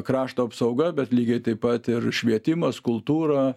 krašto apsauga bet lygiai taip pat ir švietimas kultūra